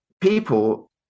people